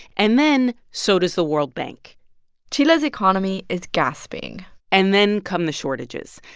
and then, so does the world bank chile's economy is gasping and then come the shortages.